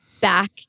back